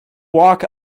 walk